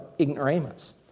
ignoramus